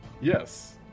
Yes